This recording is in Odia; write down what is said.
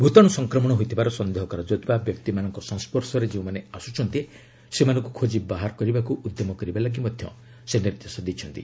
ଭୂତାଣୁ ସଂକ୍ରମଣ ହୋଇଥିବାର ସନ୍ଦେହ କରାଯାଉଥିବା ବ୍ୟକ୍ତିମାନଙ୍କ ସଂସ୍ୱର୍ଶରେ ଯେଉଁମାନେ ଆସୁଛନ୍ତି ସେମାନଙ୍କୁ ଖୋଜି ବାହାରେ କରିବାକୁ ଉଦ୍ୟମ କରିବା ଲାଗି ମଧ୍ୟ ସେ ନିର୍ଦ୍ଦେଶ ଦେଇଛନ୍ତି